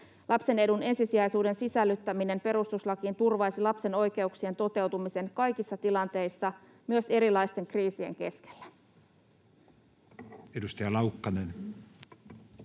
Lapsen edun ensisijaisuuden sisällyttäminen perustuslakiin turvaisi lapsen oikeuksien toteutumisen kaikissa tilanteissa, myös erilaisten kriisien keskellä. Edustaja Laukkanen.